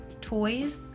toys